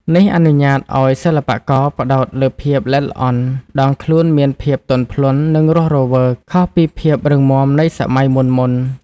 នេះអនុញ្ញាតឱ្យសិល្បករផ្តោតលើភាពល្អិតល្អន់ ដងខ្លួនមានភាព ទន់ភ្លន់ និងរស់រវើក ខុសពីភាពរឹងម៉ាំនៃសម័យមុនៗ។